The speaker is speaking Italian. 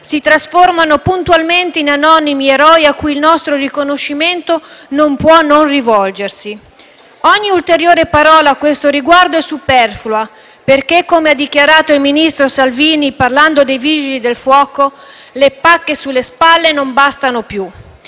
si trasformano puntualmente in anonimi eroi a cui non può non rivolgersi il nostro riconoscimento. Ogni ulteriore parola a questo riguardo è superflua, perché, come ha dichiarato il ministro Salvini parlando dei Vigili del fuoco, le pacche sulle spalle non bastano più.